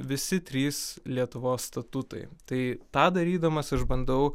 visi trys lietuvos statutai tai tą darydamas aš bandau